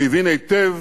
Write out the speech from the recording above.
הוא הבין היטב